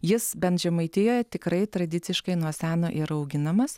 jis bent žemaitijoje tikrai tradiciškai nuo seno yra auginamas